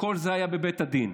כל זה היה בבית הדין.